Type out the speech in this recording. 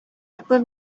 upper